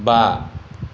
बा